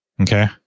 Okay